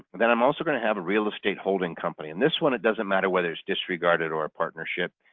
then i'm also going to have a real estate holding company and this one it doesn't matter whether it's disregarded or a partnership.